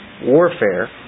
warfare